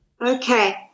Okay